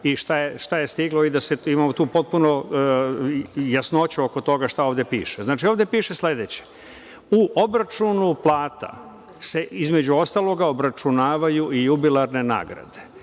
i šta je stiglo i da imamo tu potpunu jasnoću oko toga šta ovde piše. Znači, ovde piše sledeće – u obračunu plata se između ostalog obračunavaju i jubilarne nagrade.